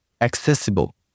accessible